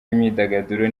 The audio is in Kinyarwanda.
imyidagaduro